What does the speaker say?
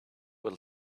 will